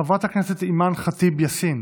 חברת הכנסת אימאן ח'טיב יאסין